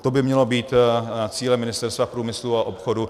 To by mělo být cílem Ministerstva průmyslu a obchodu.